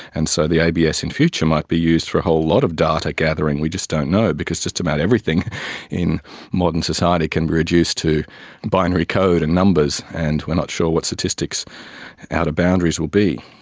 and so the abs in future might be used for a whole lot of data gathering, we just don't know because just about everything in modern society can be reduced to binary code and numbers, and we are not sure what statistics out of boundaries will be.